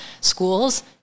schools